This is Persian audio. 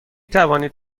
توانید